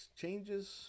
changes